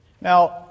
Now